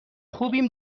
خوبیم